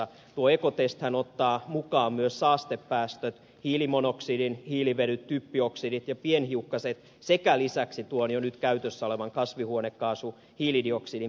tuo ekotesthän ottaa mukaan myös saastepäästöt hiilimonoksidin hiilivedyt typpioksidit ja pienhiukkaset sekä lisäksi tuon jo nyt käytössä olevan kasvihuonekaasuhiilidioksidin päästöt